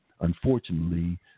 unfortunately